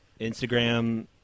Instagram